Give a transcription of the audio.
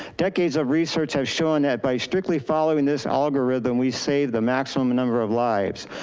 decades of research has shown that by strictly following this algorithm, we save the maximum number of lives.